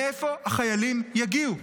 מאיפה החיילים יגיעו?